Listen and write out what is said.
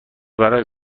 برای